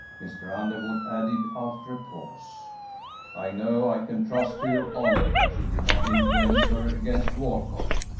mr. underwood added, after a pause i know i can trust to your honor that you will not influence her against walcott?